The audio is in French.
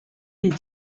les